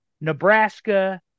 Nebraska